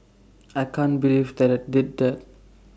I can't believe that I did that